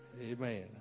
amen